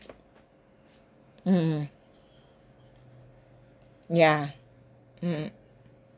mm ya mm